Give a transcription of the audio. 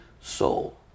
soul